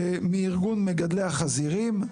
מארגון מגדלי החזירים.